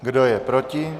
Kdo je proti?